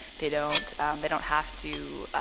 they don't they don't have to